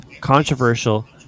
controversial